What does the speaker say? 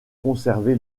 conservé